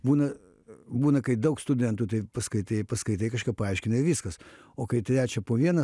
būna būna kai daug studentų tai paskaitai paskaitai kažką paaiškinai i viskas o kai trečią po vieną